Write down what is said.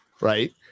right